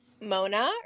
Mona